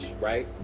right